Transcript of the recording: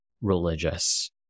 religious